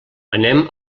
anem